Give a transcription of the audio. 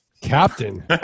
Captain